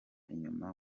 inyuma